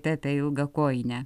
pepę ilgakojinę